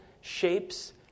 shapes